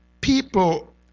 people